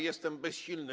Jestem bezsilny.